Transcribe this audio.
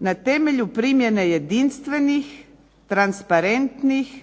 na temelju primjene jedinstvenih, transparentnih,